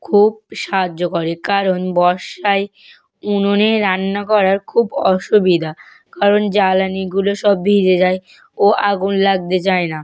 খুব সাহায্য করে কারণ বর্ষায় উনুনে রান্না করার খুব অসুবিধা কারণ জ্বালানিগুলো সব ভিজে যায় ও আগুন লাগতে চায় না